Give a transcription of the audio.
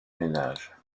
ménage